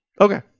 Okay